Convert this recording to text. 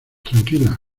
tranquila